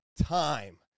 time